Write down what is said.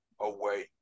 away